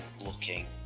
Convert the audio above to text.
looking